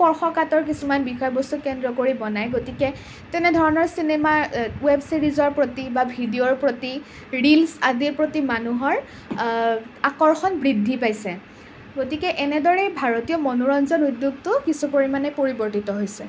স্পৰ্শকাতৰ কিছুমান বিষয়বস্তুক কেন্দ্ৰ কৰি বনায় গতিকে তেনে ধৰণৰ চিনেমা ৱেব ছিৰিজৰ প্ৰতি বা ভিডিঅ'ৰ প্ৰতি ৰিলছ আদিৰ প্ৰতি মানুহৰ আকৰ্ষণ বৃদ্ধি পাইছে গতিকে এনে দৰেই ভাৰতীয় মনোৰঞ্জন উদ্যোগটো কিছু পৰিমাণে পৰিৱৰ্তিত হৈছে